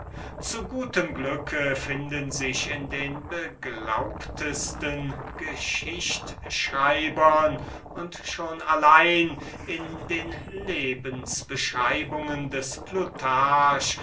zu gutem glücke finden sich in den beglaubtesten geschichtschreibern und schon allein in den lebensbeschreibungen des